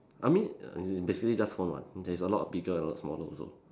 I mean it's basically just phone [what] there's a lot of bigger and a lot smaller also